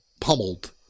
pummeled